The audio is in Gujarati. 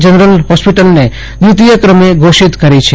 જનરલ જ્ઞેસ્પિટલને વ્રિતીય ક્રમે ધોષિત કરી છે